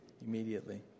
Immediately